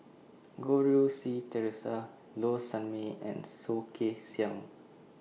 Goh Rui Si Theresa Low Sanmay and Soh Kay Siang